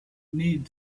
need